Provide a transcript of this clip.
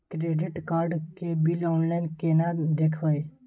Credit card के bill online केना देखबय?